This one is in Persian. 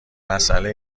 مساله